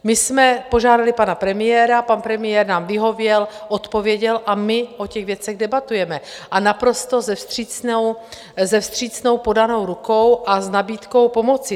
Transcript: My jsme požádali pana premiéra, pan premiér nám vyhověl, odpověděl a my o těch věcech debatujeme s naprosto vstřícnou podanou rukou a s nabídkou pomoci.